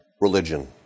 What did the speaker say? religion